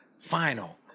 final